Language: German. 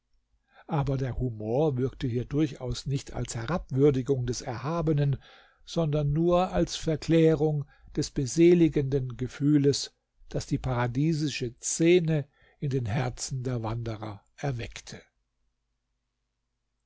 aber der humor wirkte hier durchaus nicht als herabwürdigung des erhabenen sondern nur als verklärung des beseligenden gefühles das die paradiesische szene in den herzen der wanderer erweckte